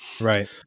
Right